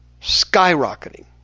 skyrocketing